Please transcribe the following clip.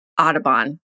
Audubon